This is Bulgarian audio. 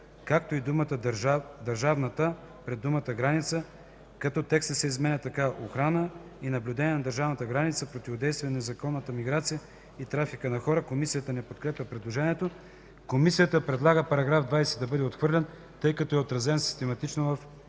както и думата „държавната” пред думата „граница”, като текстът се изменя така: „1. охрана и наблюдение на държавната граница, противодействие на незаконната миграция и трафика на хора”.” Комисията не подкрепя предложението. Комисията предлага § 20 да бъде отхвърлен, тъй като е отразен на систематичното